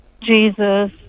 Jesus